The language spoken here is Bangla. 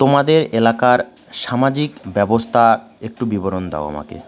তোমাদের এলাকার সামাজিক ব্যবস্থা একটু বিবরণ দাও আমাকে